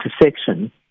intersection